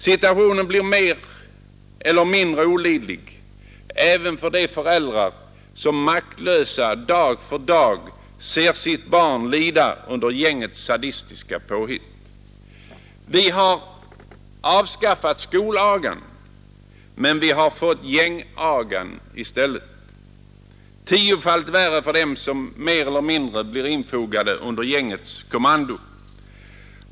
Situationen blir mer eller mindre olidlig även för de föräldrar som maktlösa dag för dag ser sitt barn lida under gängets sadistiska påhitt. Vi har avskaffat skolagan, men vi har fått gängagan i stället, tiofalt värre för dem som mer eller mindre blir infogade under gängets kommando.